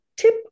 tip